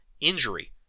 injury